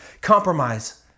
compromise